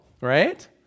right